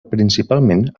principalment